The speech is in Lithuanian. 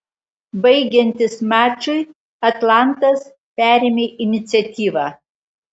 baigiantis mačui atlantas perėmė iniciatyvą